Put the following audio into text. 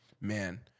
Man